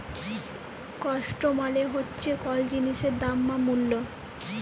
cost মালে হচ্যে কল জিলিসের দাম বা মূল্য